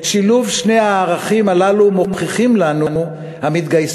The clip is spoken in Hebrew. את שילוב שני הערכים הללו מוכיחים לנו המתגייסים